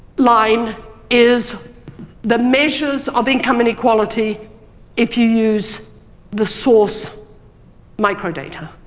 line is the measures of income inequality if you use the source microdata.